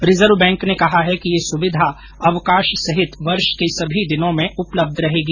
reserve bank ने कहा है कि यह सुविधा अवकाश सहित वर्ष के सभी दिनों में उपलब्ध रहेगी